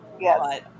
yes